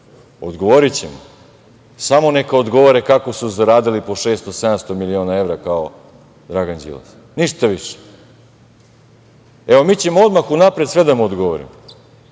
odgovorićemo, samo neka odgovore kako su zaradili po 600, 700 miliona evra, kao Dragan Đilas, ništa više. Evo, mi ćemo odmah unapred sve da mu odgovorimo,